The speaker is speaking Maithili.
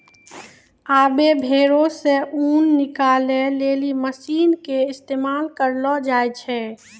आबै भेड़ो से ऊन निकालै लेली मशीन के इस्तेमाल करलो जाय छै